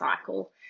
cycle